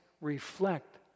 reflect